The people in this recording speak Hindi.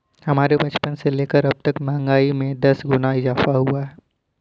हमारे बचपन से लेकर अबतक महंगाई में दस गुना इजाफा हुआ है